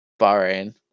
Bahrain